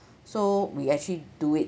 so we actually do it